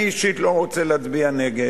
אני אישית לא רוצה להצביע נגד,